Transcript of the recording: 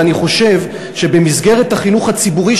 ואני חושב שבמסגרת החינוך הציבורי,